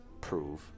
prove